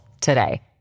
today